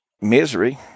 misery